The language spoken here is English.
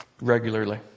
regularly